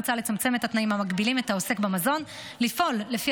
מוצע לצמצם את התנאים המגבילים את העוסק במזון לפעול לפי